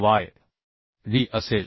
D असेल